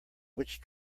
which